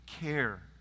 care